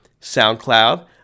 SoundCloud